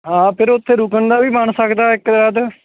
ਹਾਂ ਫਿਰ ਉੱਥੇ ਰੁਕਣ ਦਾ ਵੀ ਬਣ ਸਕਦਾ ਇੱਕ ਰਾਤ